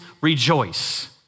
rejoice